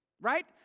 Right